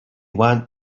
want